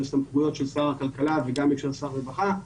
סמכויות של שר הכלכלה וגם של שר הרווחה.